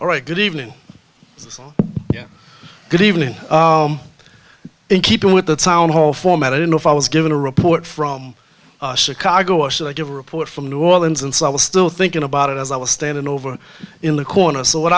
all right good evening yes good evening in keeping with the town hall format i don't know if i was given a report from chicago i should like to report from new orleans and so i was still thinking about it as i was standing over in the corner so what